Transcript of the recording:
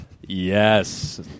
Yes